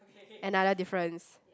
another difference